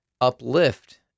uplift